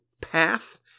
path